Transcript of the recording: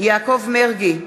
יעקב מרגי,